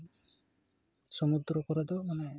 ᱥᱚᱢᱩᱫᱽᱨᱚ ᱠᱚᱨᱮ ᱫᱚ ᱢᱟᱱᱮ